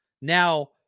Now